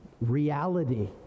reality